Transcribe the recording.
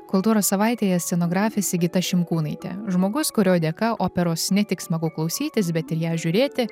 kultūros savaitėje scenografė sigita šimkūnaitė žmogus kurio dėka operos ne tik smagu klausytis bet ir ją žiūrėti